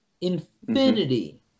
Infinity